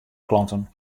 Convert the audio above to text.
klanten